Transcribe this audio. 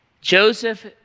Joseph